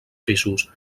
pisos